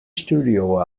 studio